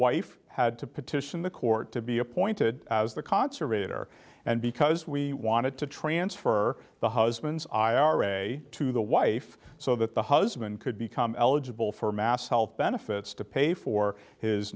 wife had to petition the court to be appointed as the conservation or and because we wanted to transfer the husband's ira to the wife so that the husband could become eligible for mass health benefits to pay for his